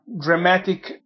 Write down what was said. dramatic